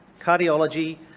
cardiology,